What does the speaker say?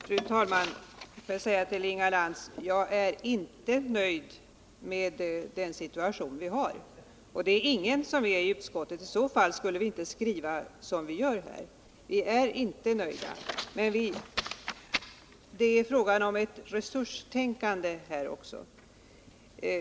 Fru talman! Jag är, Inga Lantz, inte nöjd med rådande situation; det är f. ö. ingen annan i utskottet heller. I så fall skulle vi inte ha skrivit som vi har gjort. Det är emellertid också fråga om ett resurstänkande.